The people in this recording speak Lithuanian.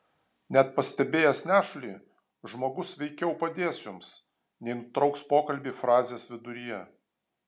net pastebėjęs nešulį žmogus veikiau padės jums nei nutrauks pokalbį frazės viduryje